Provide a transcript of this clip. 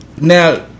Now